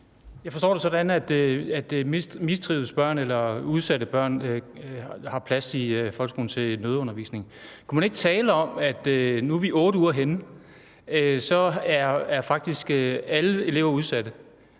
Jeg forstår det sådan, at børn, der mistrives eller er udsatte børn, har plads i folkeskolens nødundervisning. Kunne man ikke tale om, at nu, hvor vi er 8 uger henne, så er alle elever faktisk